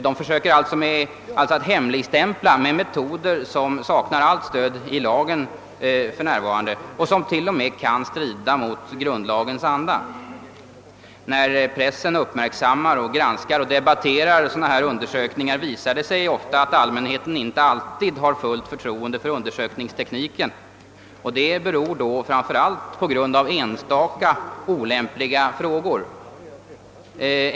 Man försöker alltså hemligstämpla med metoder som saknar stöd i lagen för närvarande och som t.o.m. kan strida mot grundlagens anda. När pressen uppmärksammar, granskar och debatterar sådana undersökningar visar det sig ofta att allmänheten inte alltid har fullt förtroende för undersökningstekniken, och det beror framför allt på enstaka olämpliga frågor.